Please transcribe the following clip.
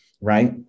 right